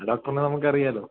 ആ ഡോക്ടർനെ നമുക്ക് അറിയാമല്ലോ